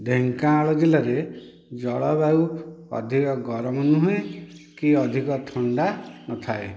ଢେଙ୍କାନାଳ ଜିଲ୍ଲାରେ ଜଳବାୟୁ ଅଧିକ ଗରମ ନୁହେଁ କି ଅଧିକ ଥଣ୍ଡା ନଥାଏ